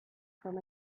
from